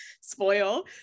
spoil